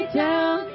down